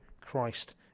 Christ